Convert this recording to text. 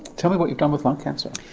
tell me what you've done with lung cancer.